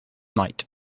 night